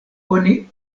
oni